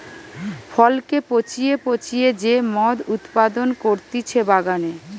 ফলকে পচিয়ে পচিয়ে যে মদ উৎপাদন করতিছে বাগানে